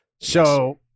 So-